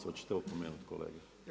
Hoćete opomenuti kolegu?